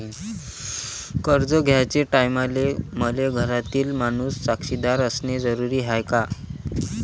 कर्ज घ्याचे टायमाले मले घरातील माणूस साक्षीदार असणे जरुरी हाय का?